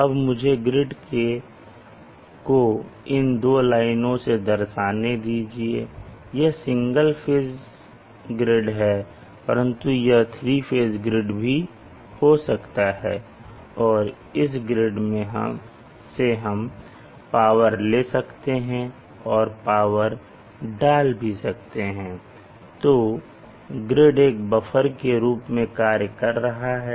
अब मुझे ग्रिड को इन दो लाइनों से दर्शाने दीजिए यह सिंगल फेस ग्रिड है परंतु यह तीन फेस ग्रिड भी हो सकता है और इस ग्रिड से हम पावर ले सकते हैं और पावर डाल भी सकते हैं तो ग्रिड एक बफर के रूप में कार्य कर रहा है